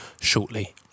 shortly